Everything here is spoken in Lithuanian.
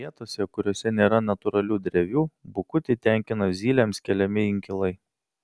vietose kuriose nėra natūralių drevių bukutį tenkina zylėms keliami inkilai